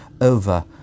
over